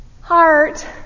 heart